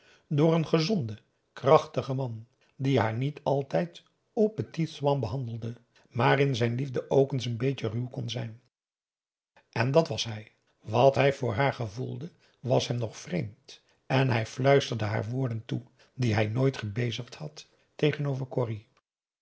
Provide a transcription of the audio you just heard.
door een gezonden krachtigen man die haar niet altijd au petit soin behandelde maar in zijn liefde ook eens n beetje ruw kon zijn en dat was hij wat hij voor haar gevoelde was hem nog vreemd en hij fluisterde haar woorden toe die hij nooit gebezigd had tegenover corrie